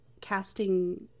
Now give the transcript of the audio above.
casting